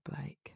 Blake